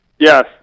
Yes